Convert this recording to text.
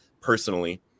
personally